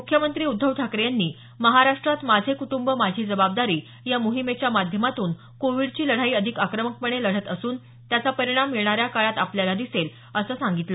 मुख्यमंत्री उद्धव ठाकरे यांनी महाराष्ट्रात माझे कुटुंब माझी जबाबदारी या मोहिमेच्या माध्यमातून कोविडची लढाई अधिक आक्रमकपणे लढत असून त्याचा परिणाम येणाऱ्या काळात आपल्याला दिसेल असं मुख्यमंत्री म्हणाले